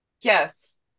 yes